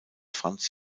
franz